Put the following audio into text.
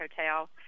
hotel